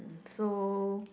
so